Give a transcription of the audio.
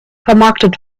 vermarktet